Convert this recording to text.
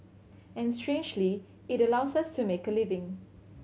and strangely it allows us to make a living